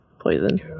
poison